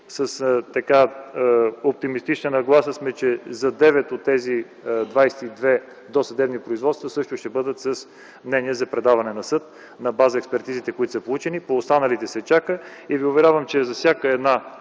С оптимистична нагласа сме, че за 9 от тези 22 досъдебни производства също ще бъдат с мнение за предаване на съд на база експертизите, които са получени. По останалите се чака. Уверявам Ви, че за всяка една